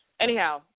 Anyhow